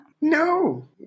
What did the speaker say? No